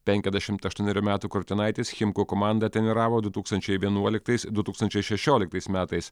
penkiasdešimt aštuonerių metų kurtinaitis chimku komandą treniravo du tūkstančiai vienuoliktais du tūkstančiai šešioliktais metais